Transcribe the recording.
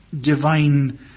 divine